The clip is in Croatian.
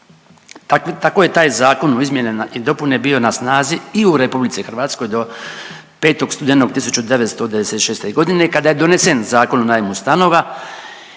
Tako je taj Zakon o izmjenama i dopune bio na snazi i u Republici Hrvatskoj do 5. studenog 1996. godine kada je donesen Zakon o najmu stanova,